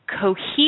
cohesive